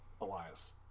Elias